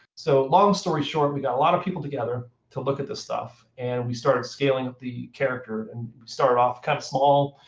so long story short, we got a lot of people together to look at this stuff. and we started scaling the character, and started off kind of small.